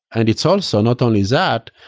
and it's also not only that,